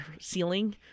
ceiling